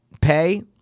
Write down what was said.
pay